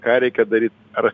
ką reikia daryt ar